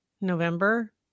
November